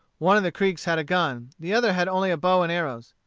one of the creeks had a gun. the other had only a bow and arrows.